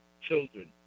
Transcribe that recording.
children